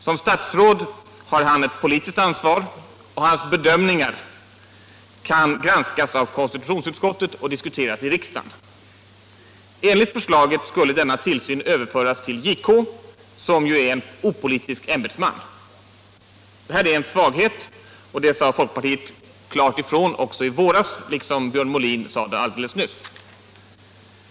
Som statsråd har han ett politiskt ansvar, och hans bedömningar kan granskas av konstitutionsutskottet och diskuteras i riksdagen. Enligt förslaget skulle denna tillsyn överföras till justitiekanslern, som är en opolitisk ämbetsman. Detta är en svaghet. Det sade folkpartiet också klart ifrån i våras, liksom Björn Molin gjorde här alldeles nyss.